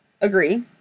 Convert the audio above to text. Agree